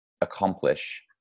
accomplish